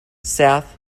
south